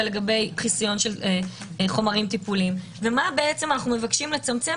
לגבי חיסיון של חומרים טיפוליים ומה בעצם אנחנו מבקשים לצמצם